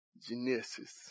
Genesis